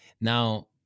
Now